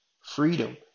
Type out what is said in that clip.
freedom